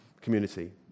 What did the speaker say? community